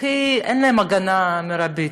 הכי אין להם הגנה מרבית?